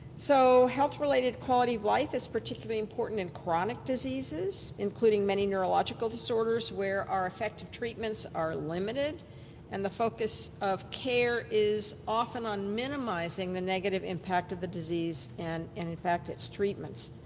so health related quality of life is particularly important in chronic diseases including many neurological disorders where our effective treatments are limited and the focus of care is often on minimizing the negative impact of the disease and and in fact its treatment.